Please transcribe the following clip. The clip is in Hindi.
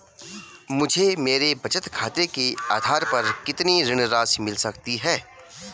मुझे मेरे बचत खाते के आधार पर कितनी ऋण राशि मिल सकती है?